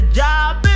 job